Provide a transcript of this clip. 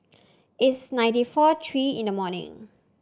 it's ninty four three in the morning